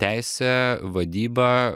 teisę vadybą